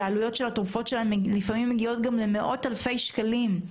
עלויות התרופות שלהם מגיעות לפעמים למאות אלפי שקלים.